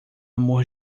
amor